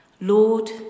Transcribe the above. Lord